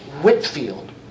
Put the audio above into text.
Whitfield